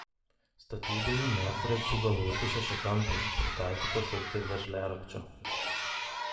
statybinių medsraigčių galvutė šešiakampė pritaikyta sukti veržliarakčiu